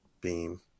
beam